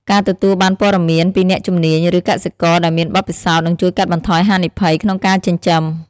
ការទទួលបានព័ត៌មានពីអ្នកជំនាញឬកសិករដែលមានបទពិសោធន៍ នឹងជួយកាត់បន្ថយហានិភ័យក្នុងការចិញ្ចឹម។